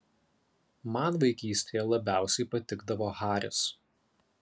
man vaikystėje labiausiai patikdavo haris